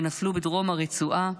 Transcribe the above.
שנפלו בדרום הרצועה,